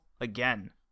again